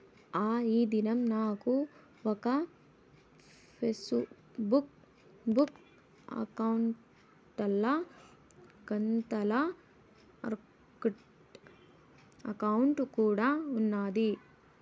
ఆ, ఈ దినం నాకు ఒక ఫేస్బుక్ బుక్ అకౌంటల, గతంల ఆర్కుట్ అకౌంటు కూడా ఉన్నాది